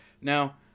Now